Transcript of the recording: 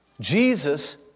Jesus